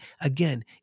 again